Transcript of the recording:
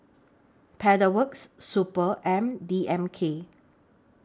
Pedal Works Super and D M K